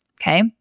Okay